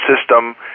system